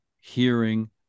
hearing